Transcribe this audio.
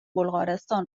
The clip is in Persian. بلغارستان